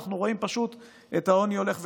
אנחנו רואים פשוט את העוני הולך וצומח.